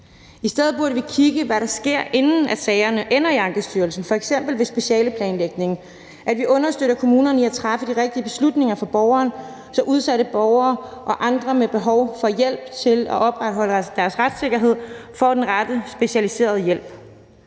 I stedet burde vi kigge på, hvad der sker, inden sagerne ender i Ankestyrelsen, f.eks. ved specialeplanlægningen, og understøtte kommunerne i at træffe de rigtige beslutninger for borgeren, så udsatte borgere og andre med behov for hjælp til at opretholde deres retssikkerhed får den rette specialiserede hjælp